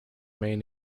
main